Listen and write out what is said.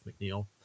McNeil